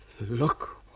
Look